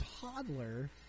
toddler